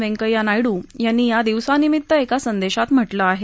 वेंकय्या नायड् यांनी या दिनानिमित्त एका संदेशात म्हटलं आहे